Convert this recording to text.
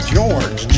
George